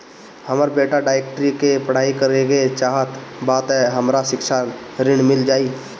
हमर बेटा डाक्टरी के पढ़ाई करेके चाहत बा त हमरा शिक्षा ऋण मिल जाई?